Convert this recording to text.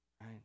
right